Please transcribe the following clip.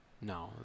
No